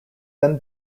then